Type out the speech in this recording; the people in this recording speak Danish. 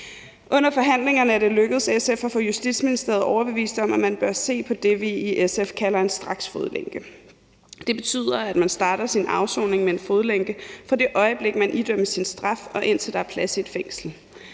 Under forhandlingerne er det lykkedes SF at få Justitsministeriet overbevist om, at man bør se på det, vi i SF kalder en straksfodlænke. Det betyder, at man starter sin afsoning med en fodlænke, fra det øjeblik man idømmes sin straf, og indtil der er plads i et fængsel.